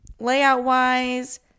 layout-wise